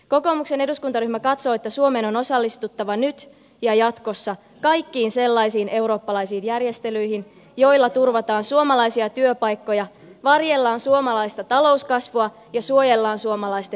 kokoomuksen eduskuntaryhmä katsoo että suomen on osallistuttava nyt ja jatkossa kaikkiin sellaisiin eurooppalaisiin järjestelyihin joilla turvataan suomalaisia työpaikkoja varjellaan suomalaista talouskasvua ja suojellaan suomalaisten hyvinvointia